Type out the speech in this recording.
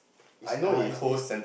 is a is is